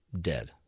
dead